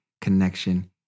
connection